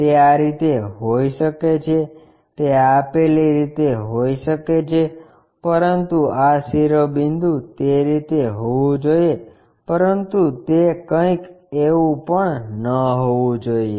તે આ રીતે હોઈ શકે તે આપેલી રીતે હોઈ શકે પરંતુ આ શિરોબિંદુ તે રીતે હોવું જોઈએ પરંતુ તે કંઈક એવું પણ ન હોવું જોઈએ